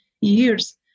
years